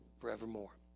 forevermore